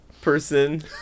person